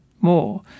more